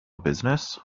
business